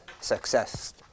success